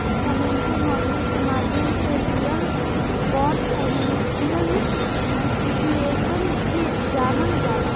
financial modelling के माध्यम से रियल वर्ल्ड फाइनेंशियल सिचुएशन के जानल जाला